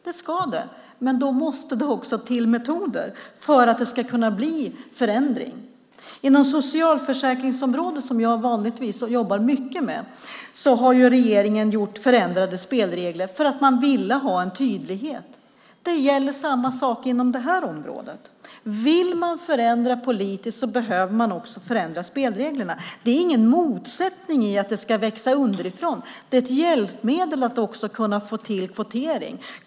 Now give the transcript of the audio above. Det ska det, men det måste till metoder för att det ska bli en förändring. Inom socialförsäkringsområdet, som jag vanligtvis jobbar mycket med, har regeringen förändrat spelreglerna för att man ville ha en tydlighet. Samma sak gäller inom det här området. Vill man förändra politiskt behöver man också förändra spelreglerna. Det är ingen motsättning mot att det ska växa underifrån. Det är ett hjälpmedel att också kunna få till kvotering.